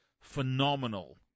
phenomenal